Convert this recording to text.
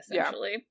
essentially